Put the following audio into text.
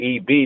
EB